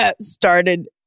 started